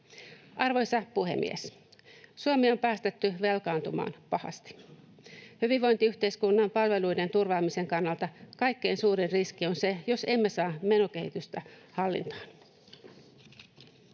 Arvoisa puhemies! Suomi on päästetty velkaantumaan pahasti. Hyvinvointiyhteiskunnan palveluiden turvaamisen kannalta kaikkein suurin riski on se, jos emme saa menokehitystä hallintaan.